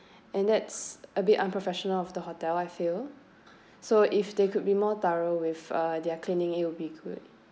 and that's a bit unprofessional of the hotel I feel so if they could be more thorough with uh their cleaning it will be good